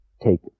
take